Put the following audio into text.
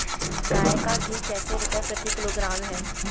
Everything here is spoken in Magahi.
गाय का घी कैसे रुपए प्रति किलोग्राम है?